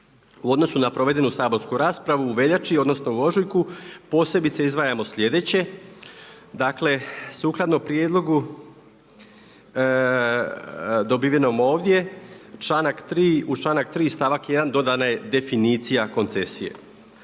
U odnosu na provedenu saborsku raspravu u veljači odnosno u ožujku, posebice izdvajamo sljedeće. Dakle sukladno prijedlogu dobivenom ovdje u članak 3. stavak 1. dodana je definicija koncesije.